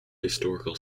historical